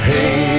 Hey